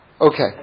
Okay